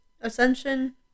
Ascension